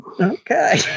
Okay